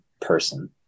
person